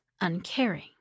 uncaring